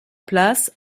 place